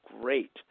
great